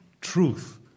truth